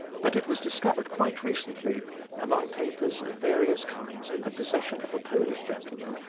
but it was discovered quite recently among papers of various kinds in the possession of a polish gentleman,